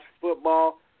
football